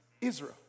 Israel